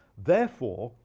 therefore,